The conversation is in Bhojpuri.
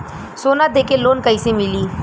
सोना दे के लोन कैसे मिली?